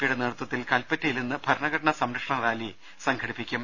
പിയുടെ നേതൃത്വത്തിൽ കല്പറ്റയിൽ ഇന്ന് ഭരണഘടനാ സംരക്ഷണ റാലി സംഘടിപ്പിക്കും